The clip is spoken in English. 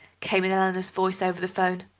came in eleanor's voice over the phone.